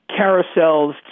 carousels